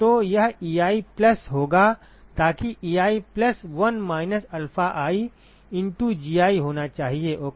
तो यह Ei plus होगा ताकि Ei plus 1 minus alpha i into Gi होना चाहिए ओके